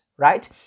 right